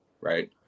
right